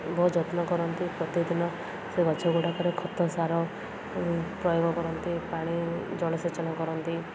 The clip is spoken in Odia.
ବହୁତ ଯତ୍ନ କରନ୍ତି ପ୍ରତିଦିନ ସେ ଗଛ ଗୁଡ଼ାକରେ ଖତ ସାର ପ୍ରୟୋଗ କରନ୍ତି ପାଣି ଜଳସେଚନ କରନ୍ତି